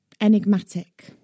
enigmatic